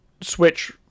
switch